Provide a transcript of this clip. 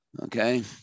okay